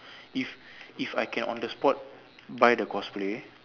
if if I can on the spot buy the cosplay